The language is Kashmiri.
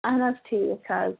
اَہَن حظ ٹھیٖک حظ